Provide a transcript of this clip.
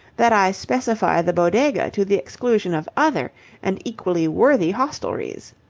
that i specify the bodega to the exclusion of other and equally worthy hostelries.